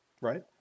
Right